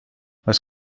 les